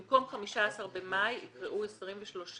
במקום 8 במאי בשנה מסוימת יקראו 28